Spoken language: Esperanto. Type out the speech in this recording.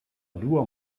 dua